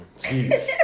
Jeez